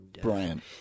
Brian